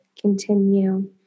continue